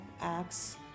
acts